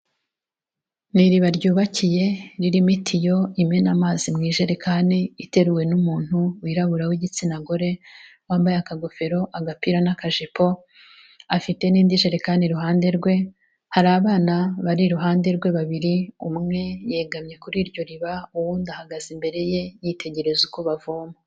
Ni iriba ryubakiye ririmo itiyo imena amazi mu ijerekani, iteruwe n'umuntu wirabura w'igitsina gore, wambaye akagofero, agapira n'akajipo, afite n'indi jerekani iruhande rwe, hari abana bari iruhande rwe babiri, umwe yegamye kuri iryo riba, uwundi ahagaze imbere ye yitegereza uko bavoma.